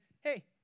hey